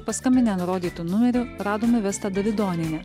paskambinę nurodytu numeriu radome vestą davidonienę